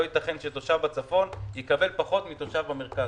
לא ייתכן שתושב הצפון יקבל פחות מתושב המרכז.